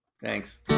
Thanks